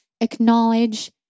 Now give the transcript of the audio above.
acknowledge